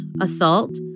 assault